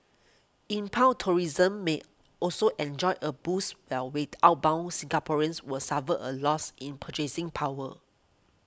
inbound tourism may also enjoy a boost while wait outbound Singaporeans were suffer a loss in purchasing power